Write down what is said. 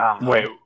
Wait